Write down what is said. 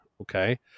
okay